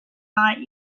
not